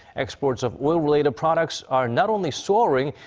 exports of oil-related products are not only soaring.